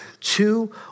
two